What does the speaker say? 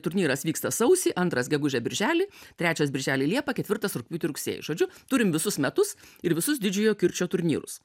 turnyras vyksta sausį antras gegužę birželį trečias birželį liepą ketvirtas rugpjūtį rugsėjį žodžiu turim visus metus ir visus didžiojo kirčio turnyrus